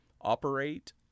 operate